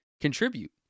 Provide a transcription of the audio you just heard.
contribute